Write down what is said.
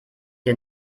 dir